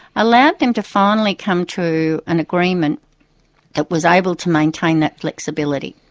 allowed them to finally come to an agreement that was able to maintain that flexibility.